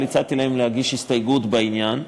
אבל הצעתי להם להגיש הסתייגות בעניין,